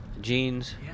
jeans